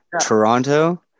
Toronto